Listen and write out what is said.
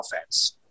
offense